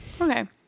Okay